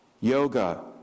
yoga